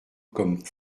comme